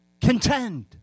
contend